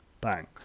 Bang